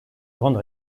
grande